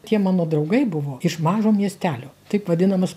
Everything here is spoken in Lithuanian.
tie mano draugai buvo iš mažo miestelio taip vadinamas